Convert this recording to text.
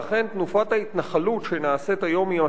ואכן, תנופת ההתנחלות שנעשית היום היא עצומה,